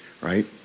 right